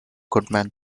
goodman